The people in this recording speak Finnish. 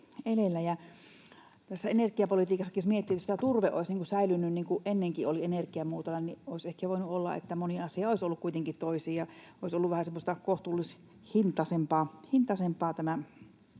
Tässä energiapolitiikassakin, jos miettii, että jos turve olisi säilynyt niin kuin se ennenkin oli energiamuotona, niin olisi ehkä voinut olla, että moni asia olisi ollut kuitenkin toisin ja olisi ollut vähän kohtuullisempihintainen tämä